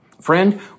Friend